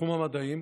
בתחום המדעים,